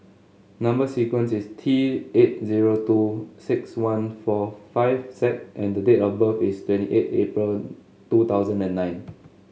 number sequence is T eight zero two six one four five Z and the date of birth is twenty eight April two thousand and nine